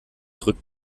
rückt